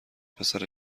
پسر